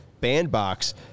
bandbox